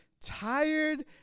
tired